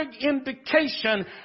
indication